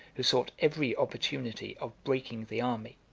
who sought every opportunity of breaking the army.